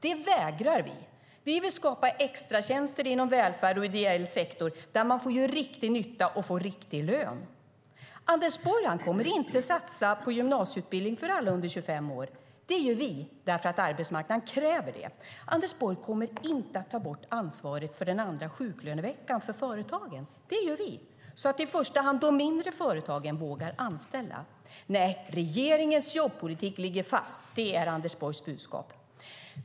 Det vägrar vi. Vi vill skapa extratjänster inom välfärd och ideell sektor, där man får göra riktig nytta och få riktig lön. Anders Borg kommer inte att satsa på gymnasieutbildning för alla under 25 år. Det gör vi, därför att arbetsmarknaden kräver det. Ander Borg kommer inte att ta bort ansvaret för den andra sjuklöneveckan för företagen. Det gör vi, så att i första hand de mindre företagen vågar anställa. Nej, regeringens jobbpolitik ligger fast. Det är Anders Borgs budskap.